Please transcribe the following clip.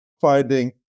finding